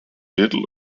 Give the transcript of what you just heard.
little